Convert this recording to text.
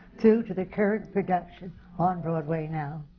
to to the current production on broadway now.